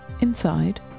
Inside